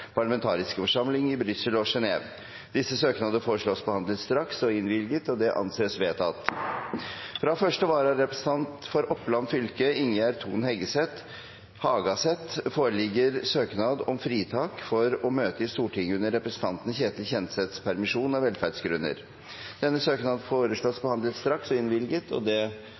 parlamentariske forsamling i Brussel og Genève Disse søknader foreslås behandlet straks og innvilget. – Det anses vedtatt. Fra første vararepresentant for Oppland fylke, Ingjerd Thon Hagaseth , foreligger søknad om fritak for å møte i Stortinget under representanten Ketil Kjenseths permisjon, av velferdsgrunner. Etter forslag fra presidenten ble enstemmig besluttet: Søknaden behandles straks og